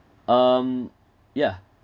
um yeah